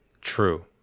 True